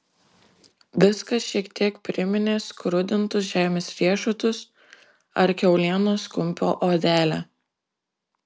viskas šiek tiek priminė skrudintus žemės riešutus ar kiaulienos kumpio odelę